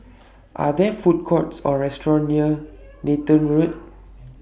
Are There Food Courts Or restaurants near Nathan Road